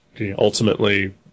ultimately